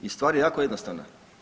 I stvar je jako jednostavna.